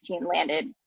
landed